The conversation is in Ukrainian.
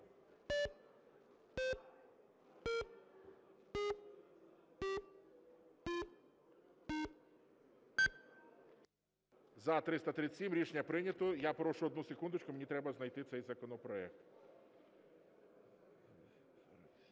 За-337 Рішення прийнято. Я прошу одну секундочку, мені треба знайти цей законопроект.